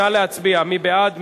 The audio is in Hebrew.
נא להצביע, מי בעד?